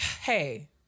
hey